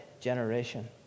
generation